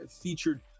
featured